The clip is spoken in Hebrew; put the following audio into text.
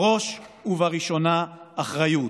בראש ובראשונה אחריות".